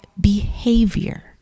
behavior